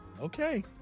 Okay